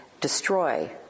destroy